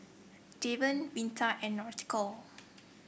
Deven Vita and Nautica